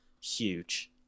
huge